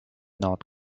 not